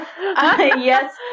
Yes